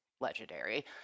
legendary